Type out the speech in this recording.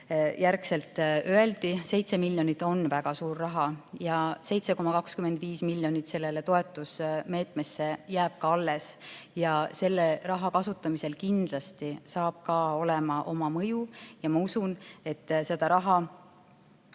väideti. See 7 miljonit on väga suur raha ja 7,25 miljonit sellesse toetusmeetmesse jääb ka alles. Selle raha kasutamisel kindlasti saab ka olema oma mõju ja ma usun, et seda raha